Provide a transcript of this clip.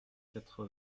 quatre